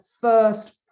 first